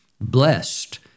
Blessed